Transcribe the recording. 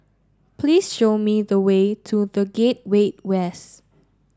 please show me the way to The Gateway West